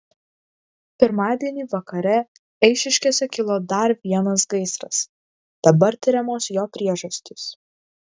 pirmadienį vakare eišiškėse kilo dar vienas gaisras dabar tiriamos jo priežastys